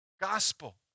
gospel